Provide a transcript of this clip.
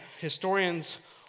historians